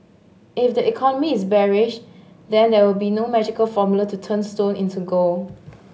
if the economy is bearish then there would be no magical formula to turn stone into gold